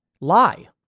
lie